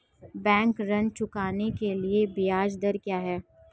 Bank ऋण चुकाने के लिए ब्याज दर क्या है?